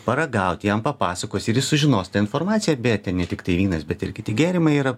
paragauti jam papasakos ir jis sužinos tą informaciją beje ten ne tiktai vynas bet ir kiti gėrimai yra